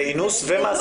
זה אינוס ומעשה סדום.